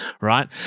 right